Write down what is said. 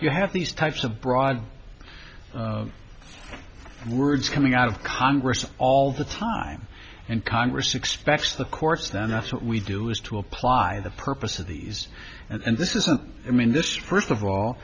you have these types of broad words coming out of congress all the time and congress expects the courts then that's what we do is to apply the purpose of these and this is a i mean this first of all